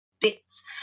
bits